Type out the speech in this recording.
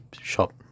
shop